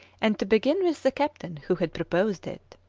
and to begin with the captain who had proposed it.